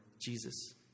Jesus